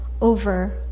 over